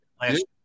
Last